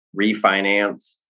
refinance